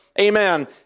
Amen